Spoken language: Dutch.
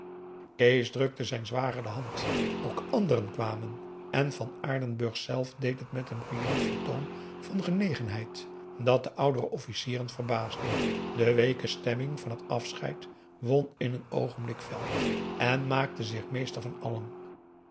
kees drukte zijn zwager de hand ook anderen kwamen en van aardenburg zelf deed het met een bruyant vertoon van genegenheid dat de oudere officieren verbaasde de weeke stemming van het afscheid won in een oogenblik veld en maakte zich meester van allen